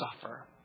suffer